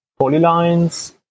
polylines